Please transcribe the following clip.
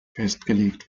festgelegt